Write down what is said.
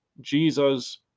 Jesus